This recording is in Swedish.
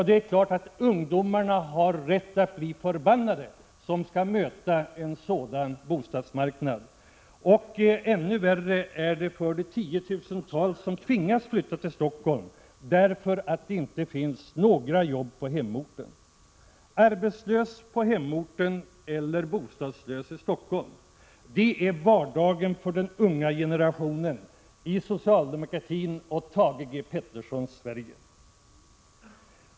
Det är klart att ungdomarna, som skall möta en sådan 19 bostadsmarknad, har rätt att bli förbaskade. Ännu värre är det för de tiotusentals som tvingats flytta till Stockholm därför att det inte finns några jobb på hemorten. Arbetslös på hemorten, eller bostadslös i Stockholm. Det är vardagen för den unga generationen i socialdemokratins och Thage G. Petersons Sverige.